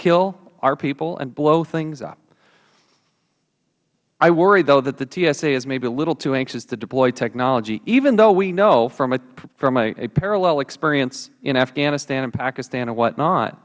kill our people and blow things up i worry though that the tsa is maybe a little too anxious to deploy technology even though we know from a parallel experience in afghanistan and pakistan and whatnot